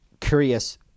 curious